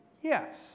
yes